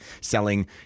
selling